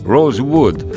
Rosewood